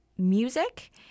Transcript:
Music